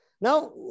Now